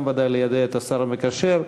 גם ודאי ליידע את השר המקשר,